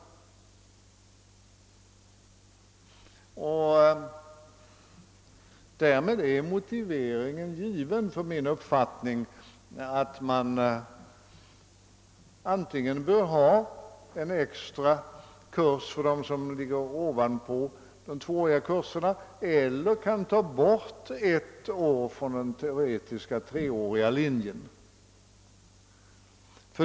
Därmed är motiveringen given för min uppfattning att man antingen bör ha en extra kurs ovanpå de tvååriga kurserna eller kan ta bort ett år från den teoretiska treåriga linjen.